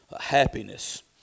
happiness